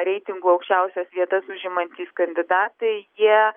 reitingų aukščiausias vietas užimantys kandidatai jie